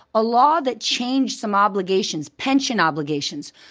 a law that changed some obligations, pension obligations.